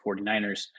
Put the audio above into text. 49ers